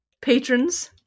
patrons